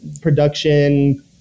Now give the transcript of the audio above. Production